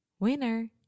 Winner